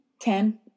Ten